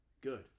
good